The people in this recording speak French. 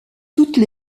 toutes